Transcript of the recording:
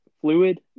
fluid